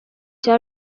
cya